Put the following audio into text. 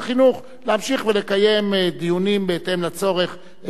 ולקיים דיונים בהתאם לצורך בנושא הארמני.